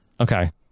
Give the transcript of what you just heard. okay